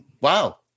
Wow